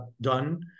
done